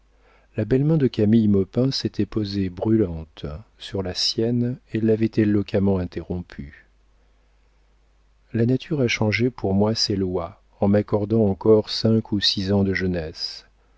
la belle main de camille maupin s'était posée brûlante sur la sienne et l'avait éloquemment interrompu la nature a changé pour moi ses lois en m'accordant encore cinq à six ans de jeunesse